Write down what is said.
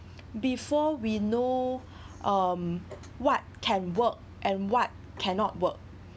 before we know um what can work and what cannot work